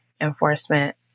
enforcement